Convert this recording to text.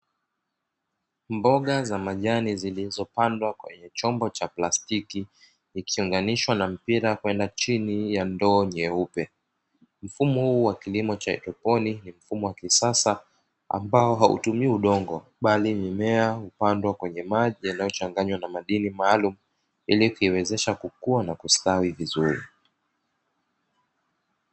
Mboga za majani zilizopandwa kwenye chombo cha plastiki, kikiunganishwa na mpira kwenda chini ya ndoo nyeupe. Mfumo huu wa kilimo cha haidroponi ni mfumo wa kisasa, ambao hautumii udongo, bali mimea hupandwa kwenye maji yanayochanganywa na madini maalumu, ili kuiwezesha kukua na kustawi vizuri.